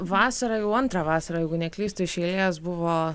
vasarą jau antrą vasarą jeigu neklystu iš eilės buvo